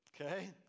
Okay